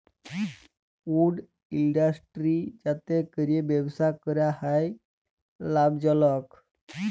would industry যাতে ক্যরে ব্যবসা ক্যরা হ্যয় লাভজলক